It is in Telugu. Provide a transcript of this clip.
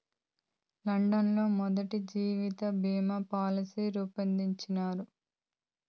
లండన్ లో మొదటి జీవిత బీమా పాలసీ రూపొందించారు